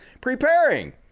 preparing